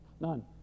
None